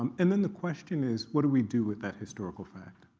um and then the question is, what do we do with that historical fact?